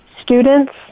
students